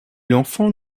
l’enfant